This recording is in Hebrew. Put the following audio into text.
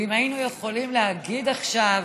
ואם היינו יכולים להגיד עכשיו